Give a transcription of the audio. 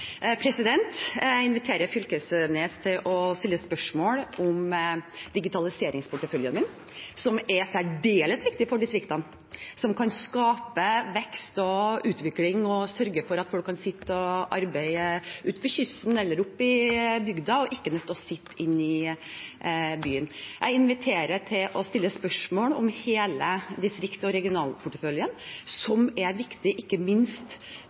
Jeg inviterer Knag Fylkenes til å stille spørsmål om digitaliseringsporteføljen min, som er særdeles viktig for distriktene, som kan skape vekst og utvikling og sørge for at folk kan sitte og arbeide ute ved kysten eller oppe i bygda og ikke er nødt til å sitte inne i byen. Jeg inviterer til å stille spørsmål om hele distrikts- og regionalporteføljen, som er viktig ikke minst